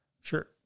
Sure